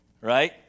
right